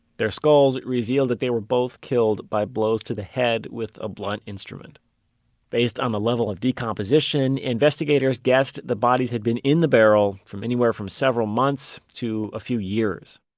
their skulls revealed that they were both killed by blows to the head with a blunt instrument based on the level of decomposition, investigators guessed the bodies had been in the barrel for anywhere from several months to a few years.